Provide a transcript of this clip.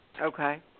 Okay